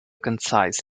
concise